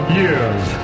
years